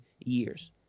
years